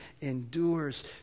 endures